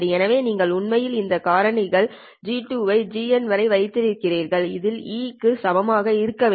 எனவே நீங்கள் உண்மையில் இந்த காரணிகள்G1 G2 ஐ GN வரை வைத்திருக்கிறீர்கள் இது eαNLa க்கு சமமாக இருக்க வேண்டும்